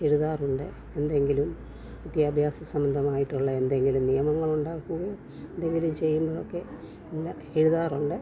എഴുതാറുണ്ട് എന്തെങ്കിലും വിദ്യാഭ്യാസ സംബന്ധമായിട്ടുള്ള എന്തെങ്കിലും നിയമങ്ങൾ ഉണ്ടാക്കുകയും ഇത് ഇവർ ചെയ്യുന്നതൊക്കെ ഇന്ന് എഴുതാറുണ്ട്